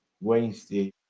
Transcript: Wednesday